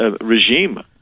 regime